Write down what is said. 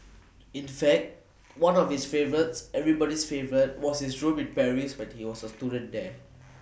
in fact one of its favours everybody's favour was his room in Paris when he was A student there